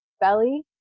belly